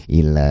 il